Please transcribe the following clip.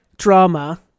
drama